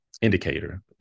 indicator